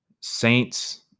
Saints